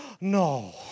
no